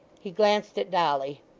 he glanced at dolly.